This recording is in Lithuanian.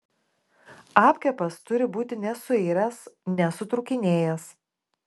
apkepas turi būti nesuiręs nesutrūkinėjęs